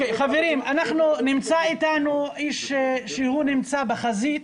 נמצא אתנו איש שנמצא בחזית.